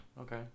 Okay